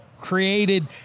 created